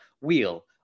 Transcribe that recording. wheel